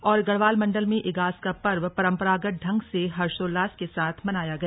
और गढ़वाल मंडल में इगास का पर्व परंपरागत ढंग से हर्षोल्लास के साथ मनाया गया